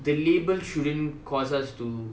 the label shouldn't because us to